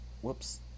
Whoops